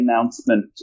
announcement